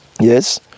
yes